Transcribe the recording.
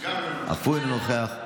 אף הוא אינו נוכח,